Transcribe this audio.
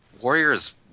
warriors